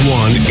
one